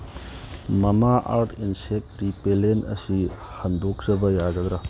Mamaearth insect repellent ꯑꯁꯤ ꯍꯟꯗꯣꯛꯆꯕ ꯌꯥꯒꯗ꯭ꯔꯥ